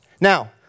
Now